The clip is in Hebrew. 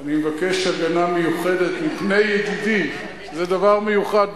אני מבקש הגנה מיוחדת מפני ידידי, שזה דבר מיוחד.